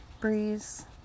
breeze